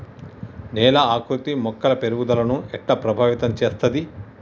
నేల ఆకృతి మొక్కల పెరుగుదలను ఎట్లా ప్రభావితం చేస్తది?